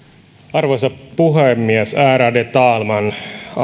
arvoisa puhemies ärade talman